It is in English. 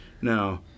Now